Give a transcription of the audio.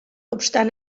obstant